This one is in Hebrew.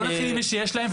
בואו נתחיל עם מי שיש להן,